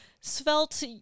svelte